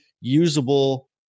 usable